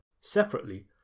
separately